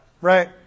Right